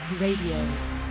Radio